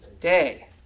day